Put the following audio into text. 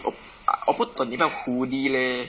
我我不懂你要不要 hoodie leh